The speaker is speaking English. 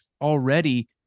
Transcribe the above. already